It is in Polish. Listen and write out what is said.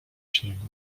śniegu